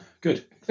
Good